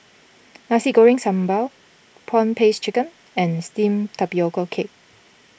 Nasi Goreng Sambal Prawn Paste Chicken and Steamed Tapioca Cake